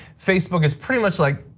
facebook is pretty much like